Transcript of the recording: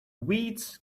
weeds